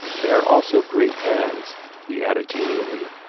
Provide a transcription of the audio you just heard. they are also great hands, he added genially,